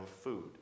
food